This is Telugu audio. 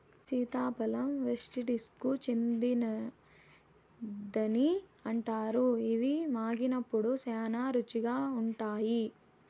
సీతాఫలం వెస్టిండీస్కు చెందినదని అంటారు, ఇవి మాగినప్పుడు శ్యానా రుచిగా ఉంటాయి